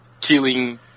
killing